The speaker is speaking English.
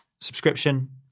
subscription